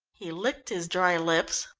he licked his dry lips,